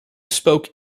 spoke